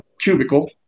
cubicle